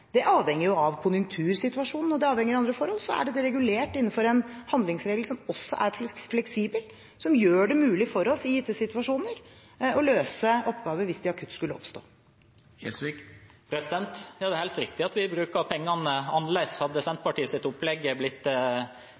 avhenger av konjunktursituasjonen og andre forhold. Dette er regulert innenfor en handlingsregel, som er fleksibel og gjør det mulig for oss i gitte situasjoner å løse oppgaver hvis de akutt skulle oppstå. Det er helt riktig at vi bruker pengene annerledes. Hadde Senterpartiets opplegg blitt gjennomført, hadde vi hatt lavere avgifter i Norge i tillegg til lavere skatter for dem med lav inntekt. Så hadde